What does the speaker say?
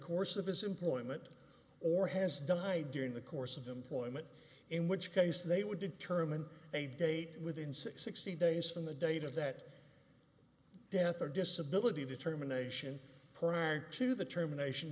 course of his employment or has died during the course of employment in which case they would determine a date within sixty days from the date of that death or disability determination prior to the termination